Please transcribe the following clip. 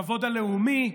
בכבוד הלאומי,